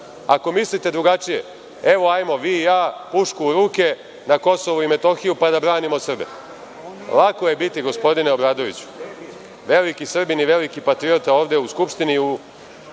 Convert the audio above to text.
Ako mislite drugačije, evo, hajmo vi i ja pušku u ruke, na KiM, pa da branimo Srbe. Lako je biti, gospodine Obradoviću, veliki Srbin i veliki patriota ovde u Skupštini,